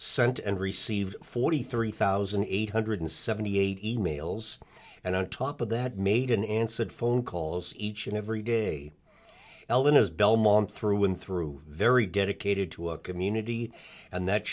sent and received forty three thousand eight hundred seventy eight emails and on top of that made in answered phone calls each and every day ellen is belmont through and through very dedicated to a community and that